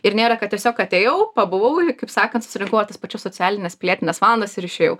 ir nėra kad tiesiog atėjau pabuvau kaip sakant susirinkau ar tas pačias socialines pilietines valandas ir išėjau